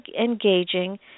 engaging